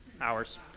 hours